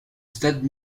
stade